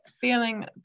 feeling